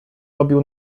robił